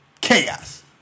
chaos